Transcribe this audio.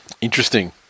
Interesting